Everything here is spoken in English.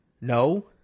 No